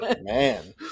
man